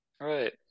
right